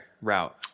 route